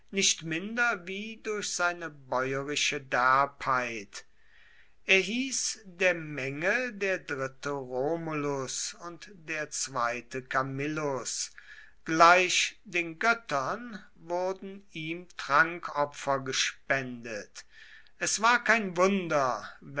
nicht minder wie durch seine bäurische derbheit er hieß der menge der dritte romulus und der zweite camillus gleich den göttern wurden ihm trankopfer gespendet es war kein wunder